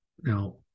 Now